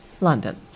London